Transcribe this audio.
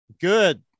Good